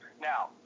Now